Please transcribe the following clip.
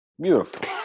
Beautiful